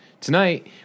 tonight